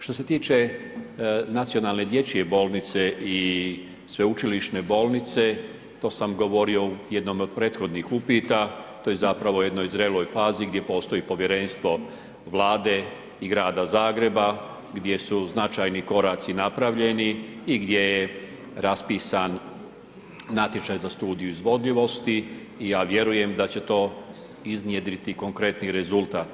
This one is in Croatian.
Što se tiče nacionalne dječje bolnice i sveučilišne bolnice to sam govorio u jednom od prethodnih upita, to je zapravo u jednoj zreloj fazi gdje postoji povjerenstvo Vlade i Grada Zagreba gdje su značajni koraci napravljeni i gdje je raspisan natječaj za studiju izvodljivosti i ja vjerujem da će to iznjedriti konkretni rezultat.